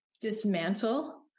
dismantle